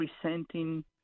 presenting